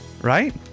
right